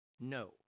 No